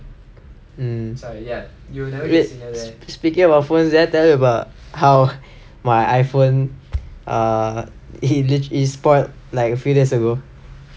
wait speaking about phones did I tell you about how my iphone ah it it spoiled like a few days ago